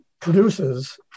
produces